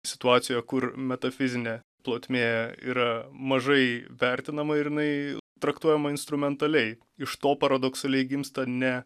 situacijoje kur metafizinė plotmė yra mažai vertinama ir jinai traktuojama instrumentaliai iš to paradoksaliai gimsta ne